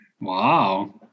Wow